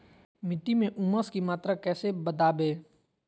मिट्टी में ऊमस की मात्रा कैसे बदाबे?